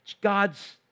God's